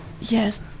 Yes